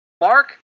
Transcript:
Mark